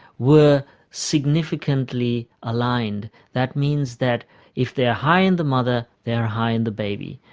were significantly aligned. that means that if they are high in the mother, they are high in the baby,